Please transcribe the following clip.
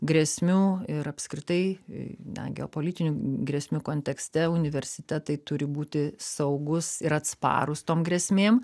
grėsmių ir apskritai na geopolitinių grėsmių kontekste universitetai turi būti saugūs ir atsparūs tom grėsmėm